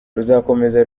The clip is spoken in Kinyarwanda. ruzakomeza